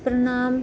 ਪਰਿਣਾਮ